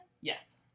Yes